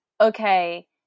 okay